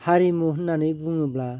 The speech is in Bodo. हारिमु होन्नानै बुङोब्ला